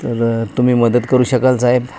तर तुम्ही मदत करू शकाल साहेब